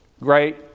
great